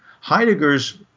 Heidegger's